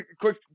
Quick